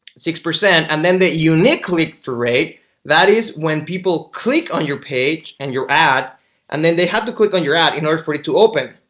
six percent and then they uniquely rate that is when people click on your page and your ad and then they have to click on your ad in order for it to open,